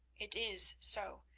it is so,